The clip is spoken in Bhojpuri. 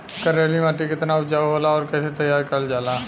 करेली माटी कितना उपजाऊ होला और कैसे तैयार करल जाला?